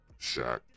Shaq